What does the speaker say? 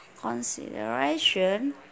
Consideration